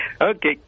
Okay